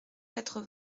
quatre